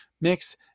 Mix